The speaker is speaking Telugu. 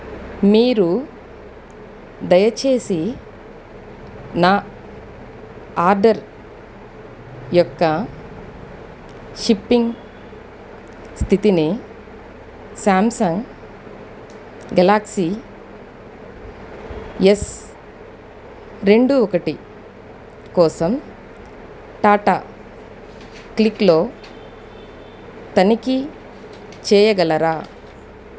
మీరు దయచేసి నా ఆర్డర్ యొక్క షిప్పింగ్ స్థితిని సామ్సంగ్ గెలాక్సీ ఎస్ రెండు ఒకటి కోసం టాటా క్లిక్లో తనిఖీ చేయగలరా